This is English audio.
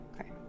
okay